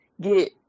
get